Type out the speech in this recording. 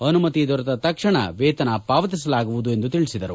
ಅನುಮತಿ ದೊರೆತ ತಕ್ಷಣ ವೇತನ ಪಾವತಿಸಲಾಗುವುದು ಎಂದು ತಿಳಿಸಿದರು